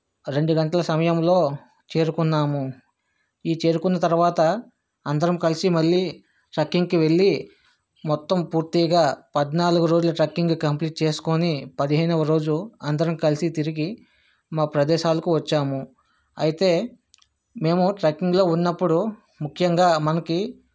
రెండు గంటల సమయంలో చేరుకున్నాము ఈ చేరుకున్న తర్వాత అందరం కలిసి మళ్ళీ ట్రాక్కింగ్కి వెళ్లి మొత్తం పూర్తిగా పద్నాలుగు రోజులు ట్రెక్కింగ్ కంప్లీట్ చేసుకుని పదిహేనవ రోజు అందరం కలిసి తిరిగి మా ప్రదేశాలకు వచ్చాము అయితే మేము ట్రెక్కింగ్లో ఉన్నప్పుడు ముఖ్యంగా మనకి